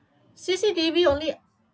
C_C_T_V only